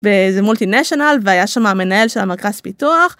באיזה מולטינשנל והיה שם המנהל של המרכז פיתוח.